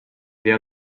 dia